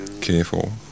Careful